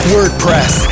WordPress